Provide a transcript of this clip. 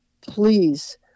please